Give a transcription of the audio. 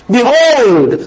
Behold